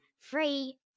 Free